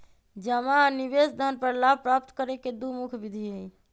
जमा आ निवेश धन पर लाभ प्राप्त करे के दु मुख्य विधि हइ